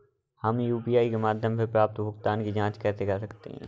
हम यू.पी.आई के माध्यम से प्राप्त भुगतान की जॉंच कैसे कर सकते हैं?